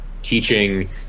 teaching